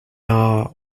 are